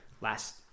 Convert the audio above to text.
last